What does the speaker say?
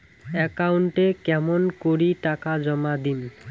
একাউন্টে কেমন করি টাকা জমা দিম?